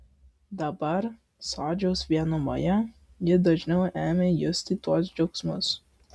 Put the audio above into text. dabar sodžiaus vienumoje ji dažniau ėmė justi tuos džiaugsmus